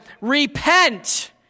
Repent